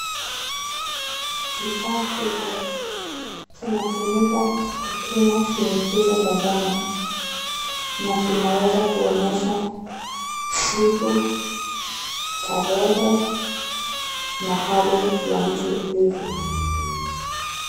Kifaa hiki unatumika kupima shinikizo la damu na inaweza kuonyesha siku, tarehe na hali ya mtu ilivyo.